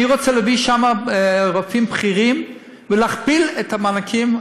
אני רוצה להביא לשם רופאים בכירים ולהכפיל את המענקים,